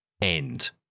end